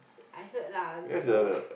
I heard lah dunno ah